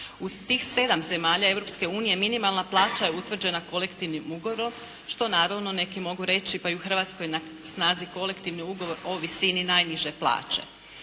U tih 7 zemalja Europske unije minimalna plaća je utvrđena kolektivnim ugovorom, što naravno neki mogu reći pa i u Hrvatskoj je na snazi kolektivni ugovor o visini najniže plaće.